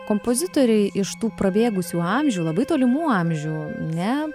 kompozitoriai iš tų prabėgusių amžių labai tolimų amžių ne